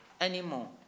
anymore